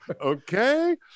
Okay